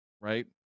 right